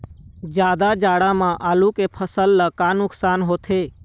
जादा जाड़ा म आलू के फसल ला का नुकसान होथे?